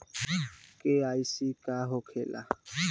KYC का होखेला?